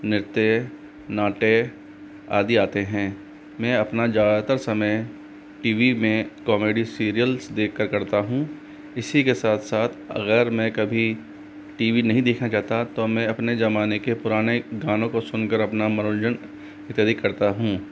नृत्य नाट्य आदि आते हैं मैं अपना ज़्यादातर समय टी वी में कॉमेडी सीरियल्स देख कर करता हूँ इसी के साथ साथ अगर मैं कभी टी वी नहीं देखना चाहता तो मैं अपने ज़माने के पुराने गानों को सुन कर अपना मनोरंजन की तैयारी करता हूँ